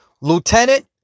Lieutenant